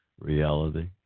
Reality